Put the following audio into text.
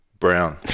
Brown